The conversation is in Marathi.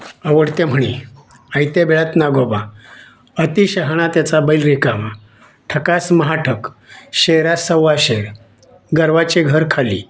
आवडत्या म्हणी आयत्या बिळात नागोबा अति शहाणा त्याचा बैल रिकामा ठकास महाठक शेरास सव्वाशेर गर्वाचे घर खाली